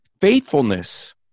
faithfulness